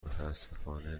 متأسفانه